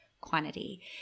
quantity